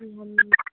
जी बोलिए